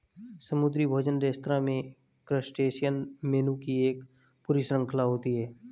समुद्री भोजन रेस्तरां में क्रस्टेशियन मेनू की एक पूरी श्रृंखला होती है